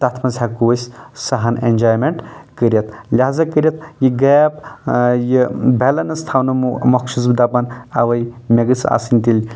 تَتھ منٛز ہٮ۪کو أسۍ سُہ ہن ایٚنجویٚمنیٚنٛٹ کٔرِتھ لِہذا کٔرِتھ یہِ گیپ یہِ بیلنٛس تھاونہٕ مۄکھ چھُس بہٕ دَپان آوے مےٚ گژھہ آسٕنۍ تیٚلہِ